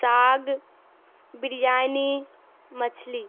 ساگ بریانی مچھلی